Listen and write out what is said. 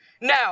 Now